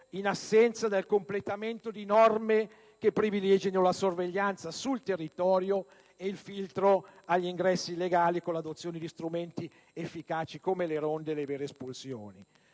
in assenza del completamento di norme che privilegino la sorveglianza sul territorio e il filtro agli ingressi illegali con l'adozione di strumenti efficaci, come le ronde e le vere espulsioni.